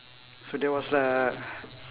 so that was uh